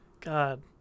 God